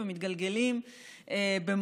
לפני חודש,